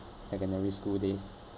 secondary school days